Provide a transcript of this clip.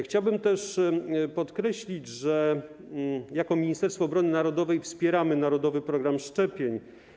Chciałbym też podkreślić, że jako Ministerstwo Obrony Narodowej wspieramy „Narodowy program szczepień”